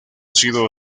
sido